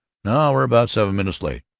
no, we're about seven minutes late.